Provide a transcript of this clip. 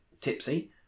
tipsy